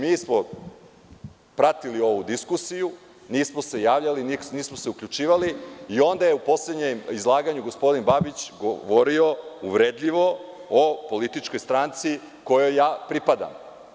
Mi smo pratili ovu diskusiju, nismo se javljali, nismo se uključivali, a onda je u poslednjem izlaganju gospodin Babić govorio uvredljivo o političkoj stranci kojoj ja pripadam.